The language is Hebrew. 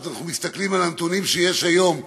כשאנחנו מסתכלים על הנתונים שיש היום,